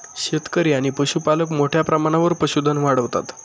शेतकरी आणि पशुपालक मोठ्या प्रमाणावर पशुधन वाढवतात